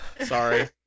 sorry